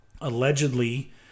allegedly